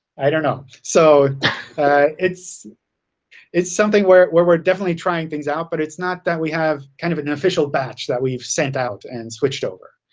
i don't know. so it's it's something where where we're definitely trying things out, but it's not that we have kind of an official batch that we've sent out and switched over.